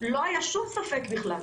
לא היה שום ספק בכלל.